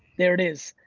there it is.